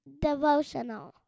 devotional